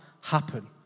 happen